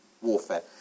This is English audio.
warfare